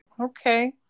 Okay